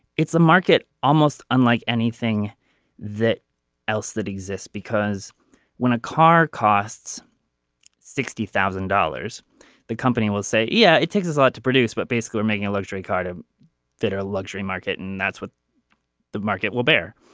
it's a market almost unlike anything that else that exists because when a car costs sixty thousand dollars the company will say yeah it takes a lot to produce but basically making a luxury car to that are luxury market and and that's what the market will bear.